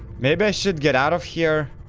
maybe i should get out of here?